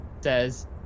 says